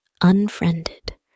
unfriended